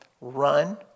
run